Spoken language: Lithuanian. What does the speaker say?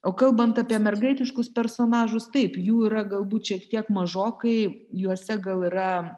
o kalbant apie mergaitiškus personažus taip jų yra galbūt šiek tiek mažokai juose gal yra